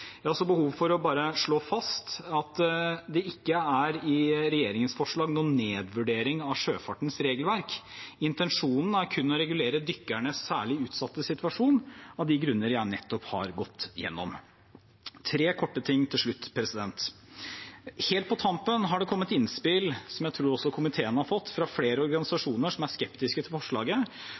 har også behov for å slå fast at det i regjeringens forslag ikke ligger noen nedvurdering av sjøfartens regelverk. Intensjonen er kun å regulere dykkernes særlig utsatte situasjon, av de grunner jeg nettopp har gått igjennom. Tre korte ting til slutt. Helt på tampen har det kommet innspill, som jeg tror også komiteen har fått, fra flere organisasjoner som er skeptiske til forslaget,